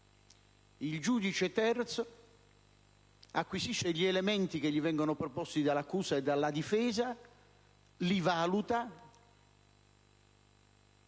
Il giudice terzo acquisisce gli elementi che gli vengono proposti dall'accusa e dalla difesa, li valuta e quindi assume